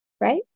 right